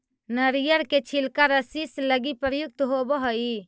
नरियर के छिलका रस्सि लगी प्रयुक्त होवऽ हई